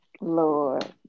Lord